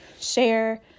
share